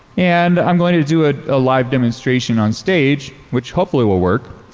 and i'm going to do a ah live demonstration on stage, which hopefully will work.